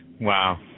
wow